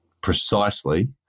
precisely